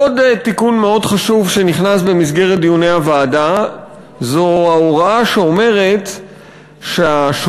עוד תיקון מאוד חשוב שנכנס במסגרת דיוני הוועדה הוא ההוראה שאומרת שהשוטר